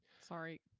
sorry